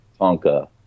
Tonka